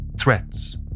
threats